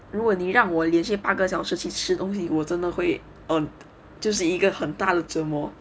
如果你让我连续八个小时去吃东西我真的会 um 这是一个很大的折磨